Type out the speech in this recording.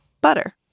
Butter